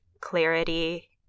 clarity